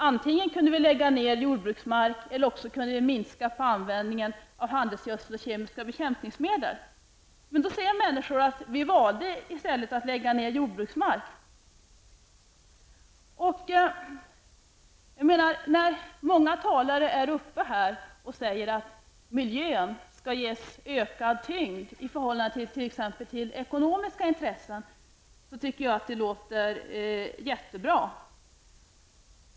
Antingen kunde vi lägga ned jordbruksmark eller också kunde vi minska på användningen av handelsgödsel och kemiska bekämpningsmedel. Men man valde att lägga ner jordbruksmark. Många talare har varit uppe i debatten och sagt att miljön skall ges ökad tyngd i förhållande till exempelvis ekonomiska intressen. Jag tycker att det låter mycket bra.